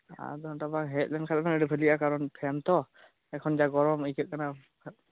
ᱟᱫᱽ ᱜᱷᱚᱱᱴᱟ ᱜᱟᱱ ᱦᱮᱡ ᱞᱮᱱ ᱠᱷᱟᱱ ᱵᱮᱱ ᱟᱹᱰᱤ ᱵᱷᱟᱞᱤᱜᱼᱟ ᱠᱟᱨᱚᱱ ᱯᱷᱮᱱ ᱛᱚ ᱮᱠᱷᱚᱱ ᱡᱟ ᱜᱚᱨᱚᱢ ᱟᱹᱭᱠᱟᱹᱜ ᱠᱟᱱᱟ